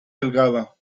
delgada